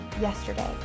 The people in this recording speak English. yesterday